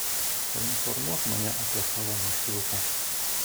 painformuok mane apie savo maršrutą